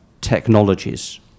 technologies